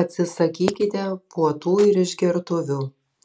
atsisakykite puotų ir išgertuvių